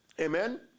Amen